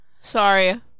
Sorry